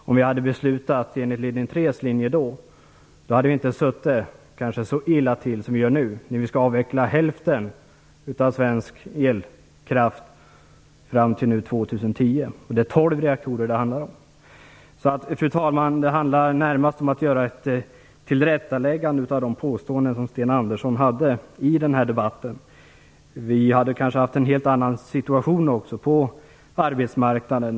Om vi hade beslutat enligt linje 3 då hade vi kanske inte suttit så illa till som vi gör nu, när vi skall avveckla hälften av svensk elkraft fram till 2010 och det är fråga om tolv reaktorer. Fru talman! Mitt anförande handlar närmast om att göra ett tillrättaläggande av de påståenden Sten Andersson gjorde i debatten. Vi hade kanske haft en helt annan situation på arbetsmarknaden.